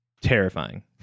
Terrifying